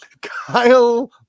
Kyle